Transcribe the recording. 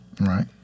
Right